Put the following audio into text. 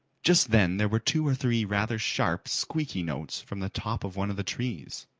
just then there were two or three rather sharp, squeaky notes from the top of one of the trees.